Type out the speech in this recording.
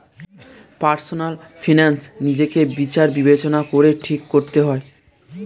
personal finance নিজেকে বিচার বিবেচনা করে ঠিক করতে হবে